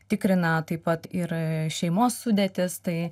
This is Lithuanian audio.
tikrina taip pat ir šeimos sudėtis tai